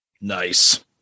Nice